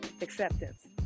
Acceptance